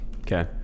Okay